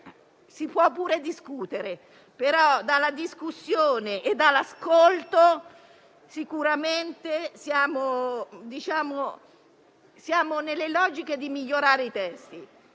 Si può anche discutere, ma dalla discussione e dall'ascolto noi agiamo nella logica di migliorare i testi.